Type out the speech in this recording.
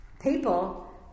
people